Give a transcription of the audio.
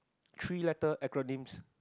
three letter acronyms